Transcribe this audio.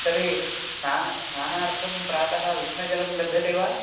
तर्हि स्नानं स्नानार्थं प्रातः उष्णजलं लभ्यते वा